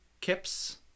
Kips